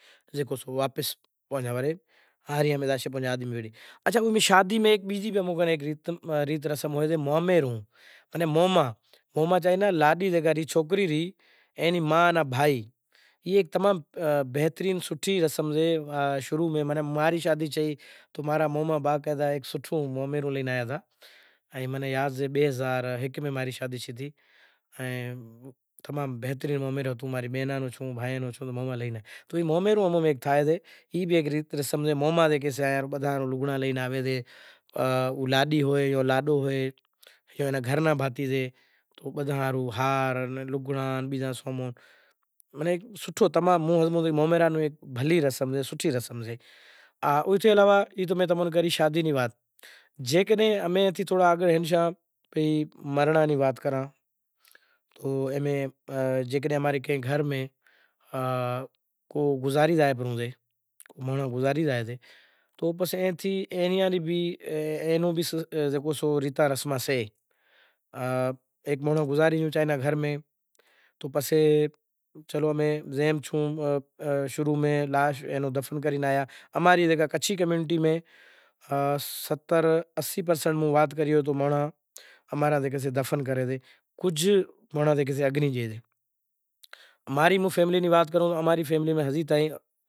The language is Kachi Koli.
ڈوکراں ناں تو موٹا مانڑاں نیں ہر بیماری تھے، تمام تھے کرے موٹی کوشش لاگی پڑی اے ای ماتھے کام کرے۔ ڈوکراں جاں جانونڑو اوہیں بھی سے۔ ڈوکراں ناں آویں۔ دست الٹیوں بھی تھئی زائیں ایویں بیزیں بیماریں تھے زائیں خاش کرے ڈوکرا ڈوکھیے حالت میں تھے زائیں۔ ایوا ڈوکراں مانڑاں ناں۔ گھر واری زاتی رہئے تو وچارے ناں ڈوکھیائی تو تھائے۔ پیشو بھی آوے انسان مشکلات میں سے